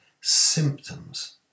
symptoms